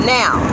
now